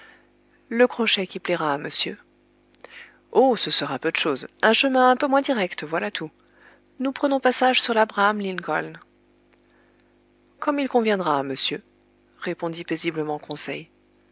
le crochet qui plaira à monsieur oh ce sera peu de chose un chemin un peu moins direct voilà tout nous prenons passage sur labraham lincoln comme il conviendra à monsieur répondit paisiblement conseil